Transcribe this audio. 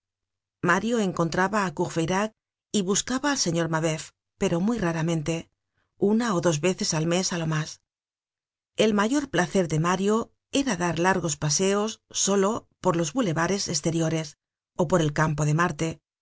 mario encontraba á courfeyrac y buscaba al señor mabeuf pero muy raramente una ó dos veces al mes á lo mas el mayor placer de mario era dar largos paseos solo por los boulevares esteriores ó por el campo de marte